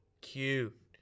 cute